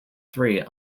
three